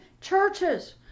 churches